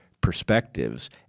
perspectives